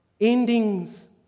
endings